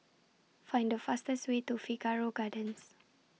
Find The fastest Way to Figaro Gardens